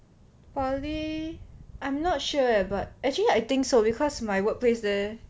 poly I'm not sure leh but actually I think so because my workplace there